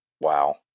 Wow